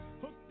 hooked